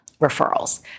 referrals